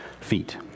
feet